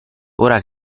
ora